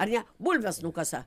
ar ne bulves nukasa